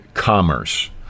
Commerce